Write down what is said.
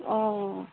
অঁ